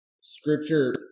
Scripture